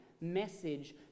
message